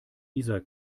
isar